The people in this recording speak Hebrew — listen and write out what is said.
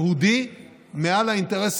הייתה חלוקה מסודרת לא להדיר אף